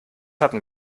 hatten